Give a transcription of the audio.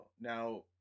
Now